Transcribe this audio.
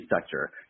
sector